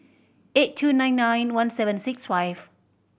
eight two nine nine one seven six five